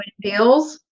deals